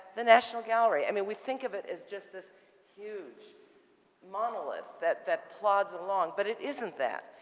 the national gallery, i mean, we think of it as just this huge monolith that that plods along. but it isn't that.